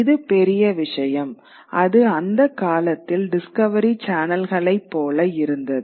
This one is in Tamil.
இது பெரிய விஷயம் அது அந்தக் காலத்தின் டிஸ்கவரி சேனல்களைப் போல இருந்தது